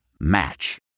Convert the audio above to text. Match